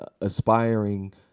aspiring